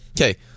Okay